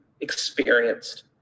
experienced